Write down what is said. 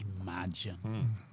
imagine